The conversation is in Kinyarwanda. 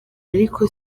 ariko